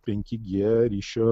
penki g ryšio